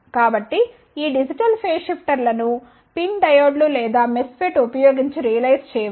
కాబట్టి ఈ digital phase షిఫ్టర్లను PIN డయోడ్ లు లేదా మెస్ఫెట్ ఉపయోగించి రియలైజ్ చేయవచ్చు